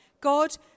God